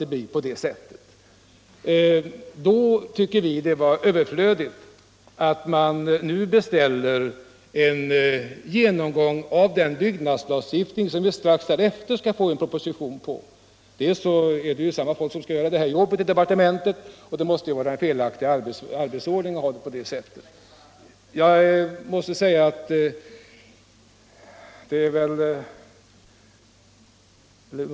Därför ansåg utskottet det vara överflödigt att nu beställa en genomgång av den bygglagstiftning som riksdagen snart skall få ta ställning till genom en proposition. Det är ju samma folk som skall göra det jobbet i departementet, och det måste vara en felaktig arbetsordning att gå till väga så som reservanterna vill.